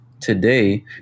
today